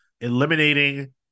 eliminating